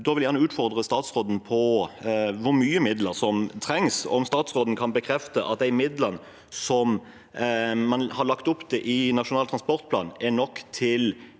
Da vil jeg gjerne utfordre statsråden på hvor mye midler som trengs, og om statsråden kan bekrefte at de midlene man har lagt opp til i Nasjonal transportplan, er nok til